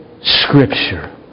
Scripture